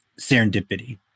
serendipity